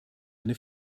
eine